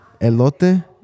elote